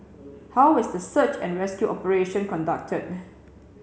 how is the search and rescue operation conducted